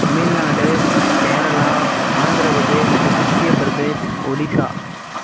Tamil Nadu Kerala Andhra Pradesh Madhya Pradesh Odisha